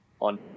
on